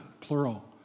Plural